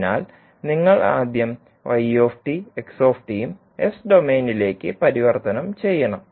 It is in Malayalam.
അതിനാൽ നിങ്ങൾ ആദ്യം ഉം എസ് ഡൊമെയ്നിലേക്ക് പരിവർത്തനം ചെയ്യണം